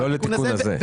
לא לתיקון הזה.